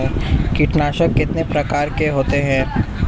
कीटनाशक कितने प्रकार के होते हैं?